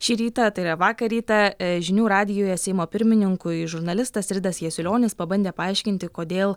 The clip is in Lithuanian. šį rytą tai yra vakar rytą žinių radijuje seimo pirmininkui žurnalistas ridas jasiulionis pabandė paaiškinti kodėl